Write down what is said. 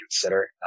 consider